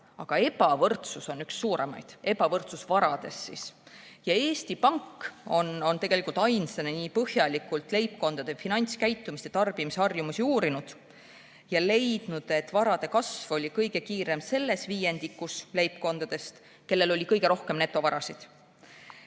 aga ebavõrdsus on üks suuremaid, varade ebavõrdsus siis. Eesti Pank on tegelikult ainsana nii põhjalikult leibkondade finantskäitumist ja tarbimisharjumusi uurinud ning on leidnud, et varade kasv oli kõige kiirem sellel viiendikul leibkondadest, kellel oli kõige rohkem netovara.